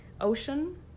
Ocean